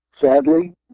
Sadly